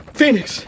phoenix